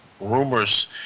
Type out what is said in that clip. rumors